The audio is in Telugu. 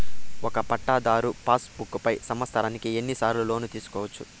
ఒక పట్టాధారు పాస్ బుక్ పై సంవత్సరానికి ఎన్ని సార్లు లోను తీసుకోవచ్చు?